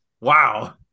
wow